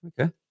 Okay